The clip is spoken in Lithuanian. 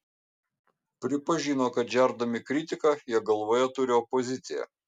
pripažino kad žerdami kritiką jie galvoje turi opoziciją